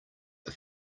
are